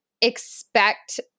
expect